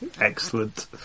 Excellent